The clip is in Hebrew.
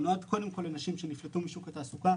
הוא נועד קודם כל לנשים שנפלטו משוק התעסוקה